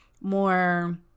more